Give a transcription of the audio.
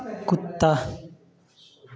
कुत्ता